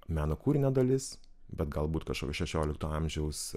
meno kūrinio dalis bet galbūt kažkokio šešiolikto amžiaus